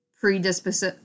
predisposed